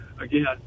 again